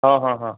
हं हं हं